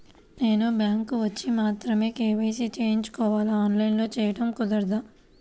నేను బ్యాంక్ వచ్చి మాత్రమే కే.వై.సి చేయించుకోవాలా? ఆన్లైన్లో చేయటం కుదరదా?